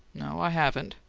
no, i haven't.